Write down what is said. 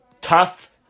tough